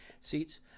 Seats